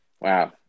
Wow